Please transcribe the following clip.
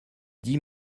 dis